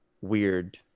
weird